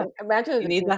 Imagine